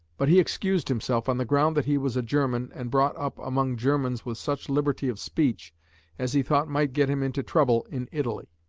but he excused himself on the ground that he was a german and brought up among germans with such liberty of speech as he thought might get him into trouble in italy.